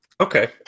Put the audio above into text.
Okay